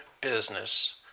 business